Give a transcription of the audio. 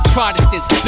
Protestants